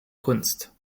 kunst